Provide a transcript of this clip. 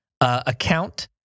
account